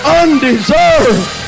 undeserved